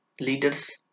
leaders